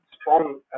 strong